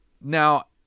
Now